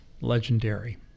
legendary